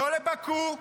לא לבאקו.